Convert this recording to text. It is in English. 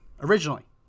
originally